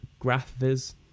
Graphviz